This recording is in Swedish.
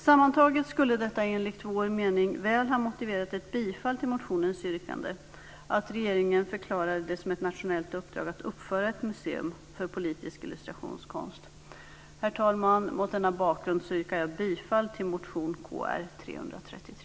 Sammantaget motiverar detta enligt vår mening mycket väl ett bifall till motionens yrkande att regeringen förklarar det som ett nationellt uppdrag att uppföra ett museum för politisk illustrationskonst. Herr talman! Mot denna bakgrund yrkar jag bifall till motion Kr333.